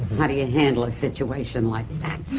how do you handle a situation like that?